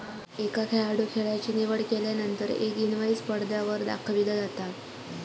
एका खेळाडूं खेळाची निवड केल्यानंतर एक इनवाईस पडद्यावर दाखविला जाता